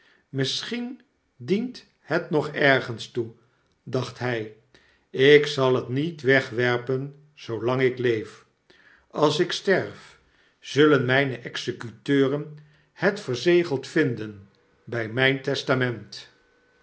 misschien dient het nog ergens toe dacht hij ik zal het niet wegwerpen zoolang ik leef als ik sterf zullen rape executeuren het verzegeld vinden by myn testament